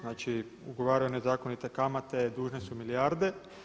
Znači, ugovaraju nezakonite kamate, dužni su milijarde.